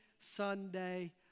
Sunday